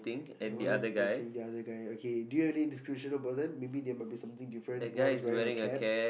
one is pointing ya that guy do you have any description about them maybe there might be something different one is wearing a cap